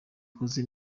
bakoze